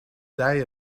day